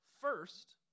First